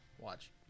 watch